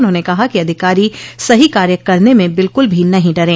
उन्होंने कहा कि अधिकारी सही कार्य करने में बिल्कुल भी नहीं डरे